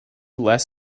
less